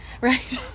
Right